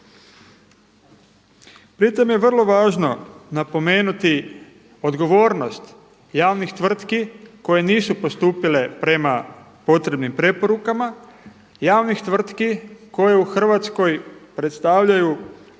Pri tom je vrlo važno napomenuti odgovornost javnih tvrtki koje nisu postupile prema potrebnim preporukama javnih tvrtki koje u Hrvatskoj predstavljaju